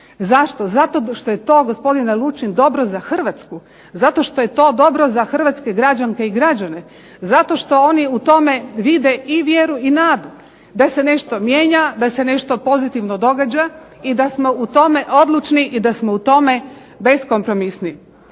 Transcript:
je to gospodine Lučin dobro za Hrvatsku, zato što je to dobro za hrvatske građanke i građane, zato što oni u tome vide i vjeru i nadu da se nešto mijenja, da se nešto pozitivno događa i da smo u tome odlučni i da smo u tome beskompromisni.